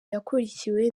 yakurikiwe